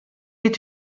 est